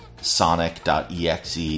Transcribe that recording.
Sonic.exe